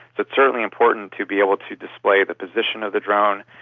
but certainly important to be able to display the position of the drone,